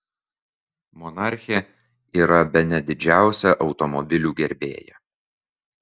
monarchė yra bene didžiausia automobilių gerbėja